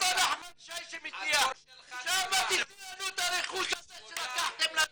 ואותו נחמן שי ש- -- את הרכוש הזה שלקחתם לנו.